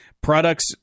products